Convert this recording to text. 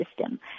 system